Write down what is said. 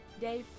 day